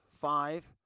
five